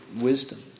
wisdom